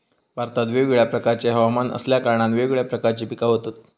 भारतात वेगवेगळ्या प्रकारचे हवमान असल्या कारणान वेगवेगळ्या प्रकारची पिका होतत